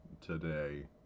Today